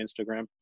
Instagram